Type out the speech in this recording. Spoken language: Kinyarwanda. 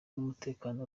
n’umutekano